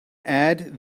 add